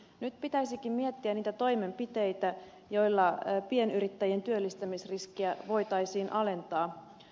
nyt pitäisikin miettiä niitä toimenpiteitä joilla pienyrittäjien työllistämisriskiä voitaisiin alentaa